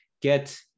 get